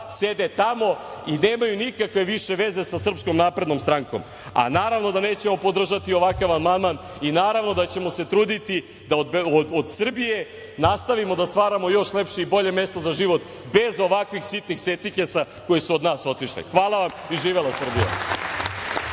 sede tamo i nemaju nikakve više veza sa SNS, a naravno da nećemo podržati ovakav amandman i naravno da ćemo se truditi da od Srbije nastavimo da stvaramo još lepše i bolje mesto za život bez ovakvih sitnih secikesa koji su od nas otišli. Hvala vam i živela Srbija!